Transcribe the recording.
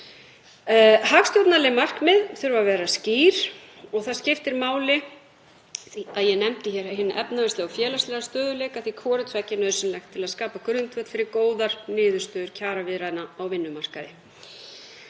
Hagstjórnarleg markmið þurfa að vera skýr og það skiptir máli, og ég nefndi hér hinn efnahagslega og félagslega stöðugleika því að hvort tveggja er nauðsynlegt til að skapa grundvöll fyrir góðar niðurstöður kjaraviðræðna á vinnumarkaði.